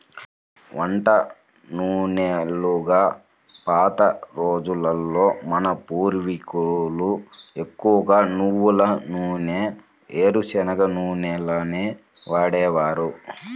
వంట నూనెలుగా పాత రోజుల్లో మన పూర్వీకులు ఎక్కువగా నువ్వుల నూనె, వేరుశనగ నూనెలనే వాడేవారు